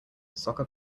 soccer